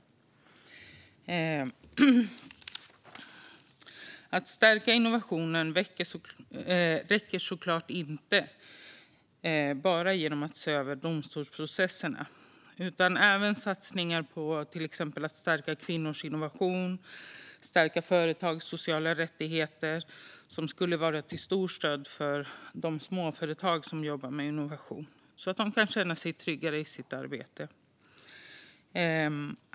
Bara att se över domstolsprocesserna räcker såklart inte för att stärka innovationskraften. Det krävs även satsningar på att stärka till exempel kvinnors innovation och företags sociala rättigheter. Det skulle vara ett stort stöd för småföretag som jobbar med innovation så att de kan känna sig tryggare i sitt arbete.